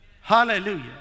Hallelujah